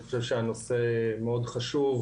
אני חושב שהנושא הוא מאוד חשוב,